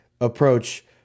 approach